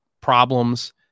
problems